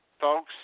folks